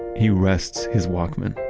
he rests his walkman.